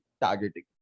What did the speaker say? targeting